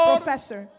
professor